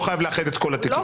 הוא לא חייב לאחד את כל התיקים.